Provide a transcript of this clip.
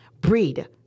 Breed